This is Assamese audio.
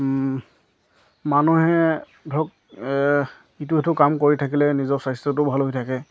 মানুহে ধৰক ইটো সেইটো কাম কৰি থাকিলে নিজৰ স্বাস্থ্যটো ভাল হৈ থাকে